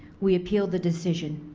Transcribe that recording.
we appealed the decision.